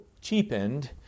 cheapened